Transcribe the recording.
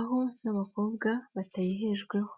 aho n'abakobwa batahejweho.